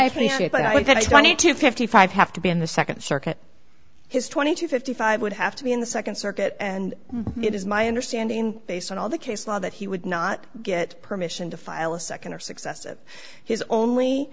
fifty five have to be in the second circuit his twenty to fifty five would have to be in the second circuit and it is my understanding based on all the case law that he would not get permission to file a second or successive h